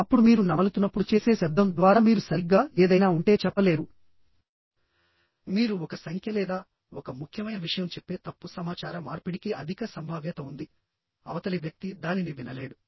అప్పుడు మీరు నమలుతున్నప్పుడు చేసే శబ్దం ద్వార మీరు సరిగ్గా ఏదైనా ఉంటే చెప్పలేరుమీరు ఒక సంఖ్య లేదా ఒక ముఖ్యమైన విషయం చెప్పే తప్పు సమాచార మార్పిడికి అధిక సంభావ్యత ఉందిఅవతలి వ్యక్తి దానిని వినలేడు